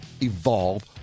evolve